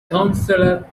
counselor